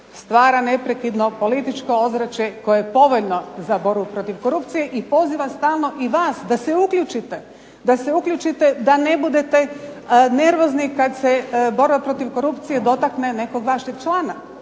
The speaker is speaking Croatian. Stvara neprekidno političko ozračje koje je povoljno za borbu protiv korupcije i poziva stalno i vas da se uključite, da se uključite da ne budete nervozni kad se borba protiv korupcije dotakne nekog vašeg člana.